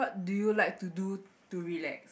do you like to do to relax